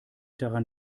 daran